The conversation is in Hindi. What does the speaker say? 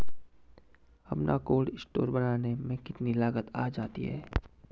अपना कोल्ड स्टोर बनाने में कितनी लागत आ जाती है?